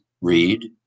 read